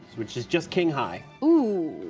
which is just king high. ooh,